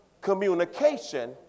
communication